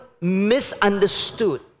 misunderstood